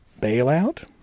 bailout